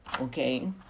Okay